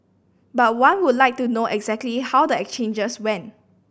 but one would like to know exactly how the exchanges went